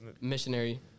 missionary